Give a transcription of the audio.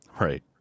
Right